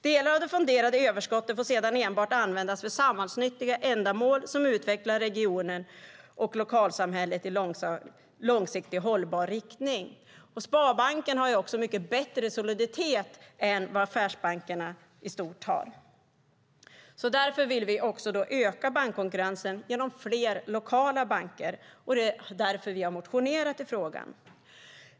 Delar av det fonderade överskottet får sedan enbart användas för samhällsnyttiga ändamål som utvecklar regionen och lokalsamhället i långsiktig och hållbar riktning. Sparbanken har också mycket bättre soliditet än vad affärsbankerna i stort har. Därför vill vi öka bankkonkurrensen genom fler lokala banker. Det är därför vi har motionerat i frågan.